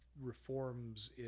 reforms